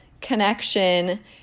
connection